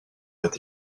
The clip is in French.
été